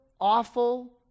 awful